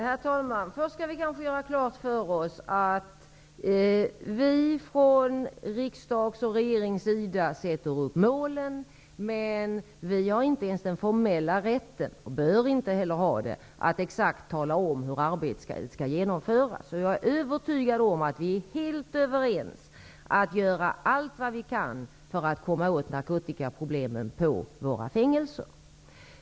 Herr talman! Vi kanske först bör göra klart för oss att vi i riksdag och regering sätter upp målen men att vi inte ens har den formella rätten, och vi bör heller inte ha den, att exakt tala om hur arbetet skall genomföras. Jag är övertygad om att vi är helt överens om att vi skall göra allt vi kan för att komma åt narkotikaproblemen på våra fängelser.